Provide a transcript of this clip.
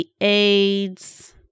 AIDS